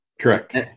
Correct